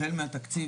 החל משנת 2022